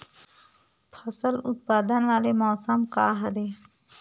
फसल उत्पादन वाले मौसम का हरे?